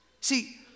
See